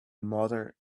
mother